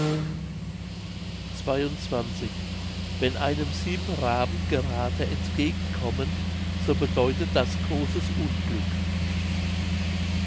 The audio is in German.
wenn einem sieben raben gerade entgegenkommen so bedeutet das großes unglück